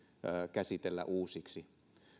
käsitellä uusiksi